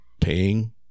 paying